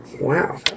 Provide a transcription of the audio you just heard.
Wow